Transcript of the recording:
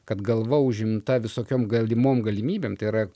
kad galva užimta visokiom galimom galimybėm tai yra